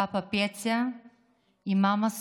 פאפא פיצה ומאמא סופה,